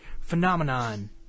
phenomenon